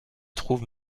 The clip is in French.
trouve